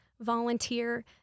Volunteer